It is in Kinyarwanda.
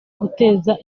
guteza